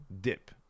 dip